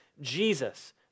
Jesus